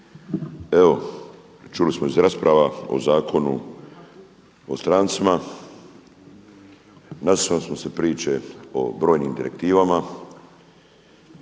Evo čuli smo iz rasprava o Zakonu o strancima. Naslušali smo se priče o brojnim direktivama.